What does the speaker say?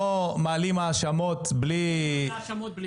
לא מעלים האשמות בלי --- מבוססות.